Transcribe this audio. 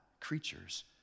creatures